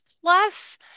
plus